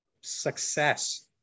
success